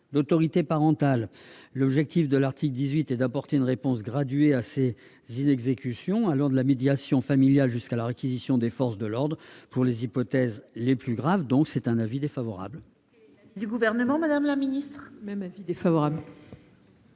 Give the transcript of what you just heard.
l'autorité parentale. L'objectif de cet article est d'apporter une réponse graduée à ces inexécutions, allant de la médiation familiale jusqu'à la réquisition des forces de l'ordre pour les hypothèses les plus graves. L'avis est par conséquent défavorable